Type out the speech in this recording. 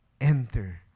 Enter